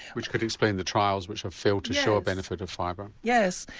which could explain the trials which have failed to show a benefit of fibre. yes.